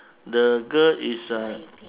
the girl is uh